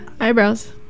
Eyebrows